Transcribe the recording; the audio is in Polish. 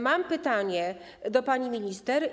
Mam pytanie do pani minister.